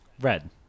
Red